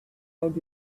old